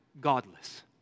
godless